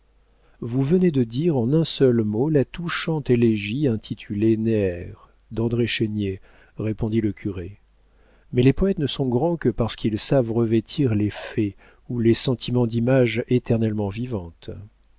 vous venez de dire en un seul mot la touchante élégie intitulée néère d'andré chénier répondit le curé mais les poètes ne sont grands que parce qu'ils savent revêtir les faits ou les sentiments d'images éternellement vivantes